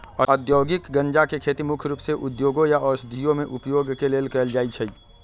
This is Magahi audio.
औद्योगिक गञ्जा के खेती मुख्य रूप से उद्योगों या औषधियों में उपयोग के लेल कएल जाइ छइ